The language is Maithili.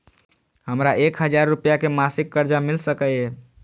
हमरा एक हजार रुपया के मासिक कर्जा मिल सकैये?